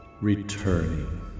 returning